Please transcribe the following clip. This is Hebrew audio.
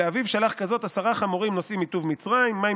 "ולאביו שלח כזאת עשרה חמרים נשאים מטוב מצרים".